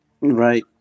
Right